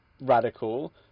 radical